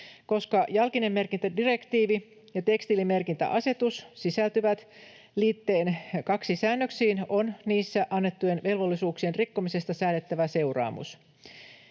Koska jalkinemerkintädirektiivi ja tekstiilimerkintäasetus sisältyvät liitteen 2 säännöksiin, on niissä annettujen velvollisuuksien rikkomisesta säädettävä seuraamus.